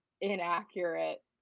inaccurate